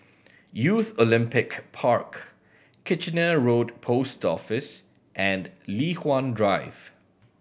Youth Olympic Park Kitchener Road Post Office and Li Hwan Drive